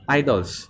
idols